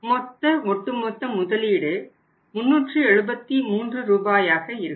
மொத்த ஒட்டுமொத்த முதலீடு 373 ரூபாயாக இருக்கும்